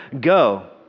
go